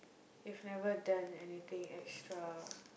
if never done anything extra